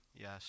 yes